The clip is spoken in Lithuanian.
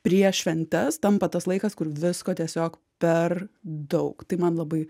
prieš šventes tampa tas laikas kur visko tiesiog per daug tai man labai